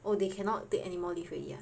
oh they cannot take any more leave already ah